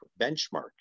benchmark